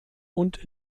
und